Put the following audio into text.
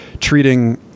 treating